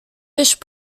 fish